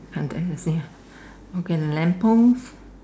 !huh! then you say ah okay lamp post